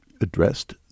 addressed